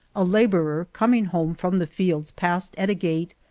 a laborer coming home from the fields passed at a gait,